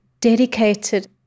dedicated